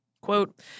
Quote